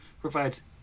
provides